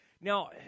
Now